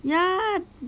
yeah